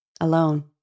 alone